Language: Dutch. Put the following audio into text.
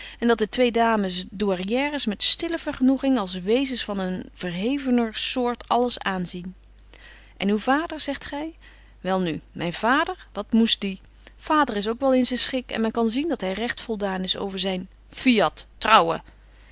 en dat de twee dames douäriëres met stille vergenoeging als wezens van een verhevener soort alles aanzien en uw vader zegt gy wel nu myn vader wat moest die vader is ook wel in zyn schik en men kan zien dat hy regt voldaan is over zyn fiat trouwen